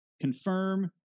confirm